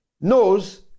knows